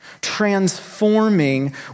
transforming